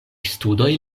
studoj